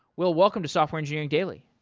wil, welcome to software engineering daily.